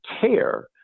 care